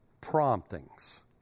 promptings